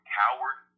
coward